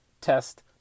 test